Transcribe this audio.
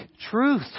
truth